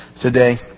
today